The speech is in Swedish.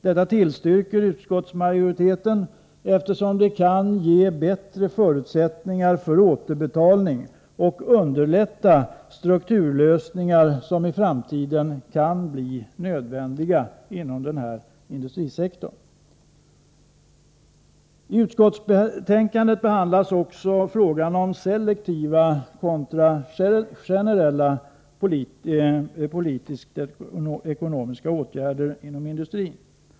Detta tillstyrker utskottsmajoriteten, eftersom det kan ge bättre förutsättningar för återbetalning och underlättar de strukturlösningar som i framtiden kan bli nödvändiga inom denna industrisektor. I utskottsbetänkandet behandlas även frågan om selektiva kontra generella politiska åtgärder inom industrin.